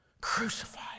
crucified